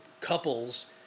couples